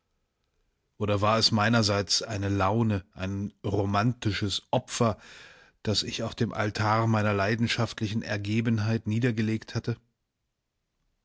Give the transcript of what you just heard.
oder war es meinerseits eine laune ein romantisches opfer das ich auf den altar meiner leidenschaftlichen ergebenheit niedergelegt hatte